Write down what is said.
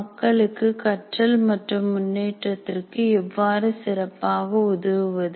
மக்களுக்கு கற்றல் மற்றும் முன்னேற்றத்திற்கு எவ்வாறு சிறப்பாக உதவுவது